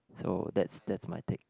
so that's that's my take